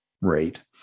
rate